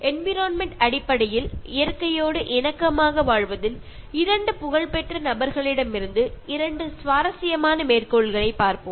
പ്രശസ്തരായ വ്യക്തികൾ പ്രകൃതിയെ കുറിച്ച് പറഞ്ഞിരിക്കുന്ന രസകരമായ വാചകങ്ങൾ നോക്കാം